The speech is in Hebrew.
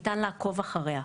ניתן לעקוב אחריה,